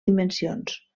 dimensions